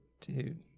Dude